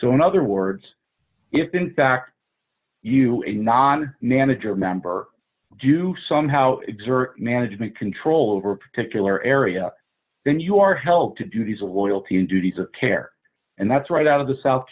so in other words if in fact you a non manager member do somehow exert management control over a particular area then you are helped to do these loyalty and duties of care and that's right out of the south